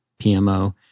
PMO